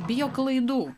bijo klaidų